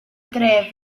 dref